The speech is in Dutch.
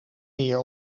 meer